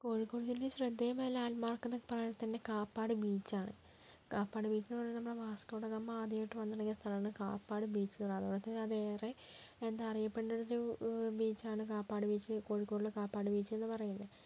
കോഴിക്കോട് ജില്ലയിലെ ശ്രദ്ധേയമായ landmark എന്നൊക്കെ പറയാണെങ്കിൽ തന്നെ കാപ്പാട് ബീച്ചാണ് കാപ്പാട് ബീച്ച് എന്ന് പറഞ്ഞാൽ നമ്മുടെ വാസ്കോ ഡ ഗാമ ആദ്യമായിട്ട് വന്നിറങ്ങിയ സ്ഥലമാണ് കാപ്പാട് ബീച്ചെന്ന് പറയുന്നത് അതേപോലെതന്നെ അതേറെ എന്താ അറിയപ്പെടുന്ന ഒരു ബീച്ചാണ് കാപ്പാട് ബീച്ച് കോഴിക്കോടുള്ള കാപ്പാട് ബീച്ചെന്ന് പറയുന്നത്